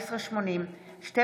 1480/23,